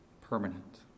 permanent